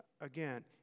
again